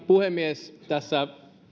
puhemies tässä